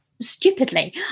stupidly